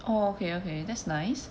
oh okay okay that's nice